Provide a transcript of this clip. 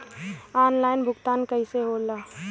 Online भुगतान कईसे होला?